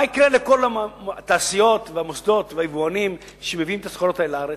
מה יקרה לכל התעשיות והמוסדות והיבואנים שמביאים את הסחורות האלה לארץ,